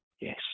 Yes